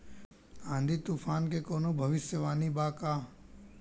आँधी तूफान के कवनों भविष्य वानी बा की?